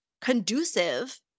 conducive